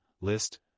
list